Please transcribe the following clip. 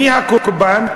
מי הקורבן?